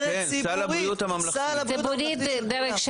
במסגרת ציבורית, סל הבריאות הממלכתי.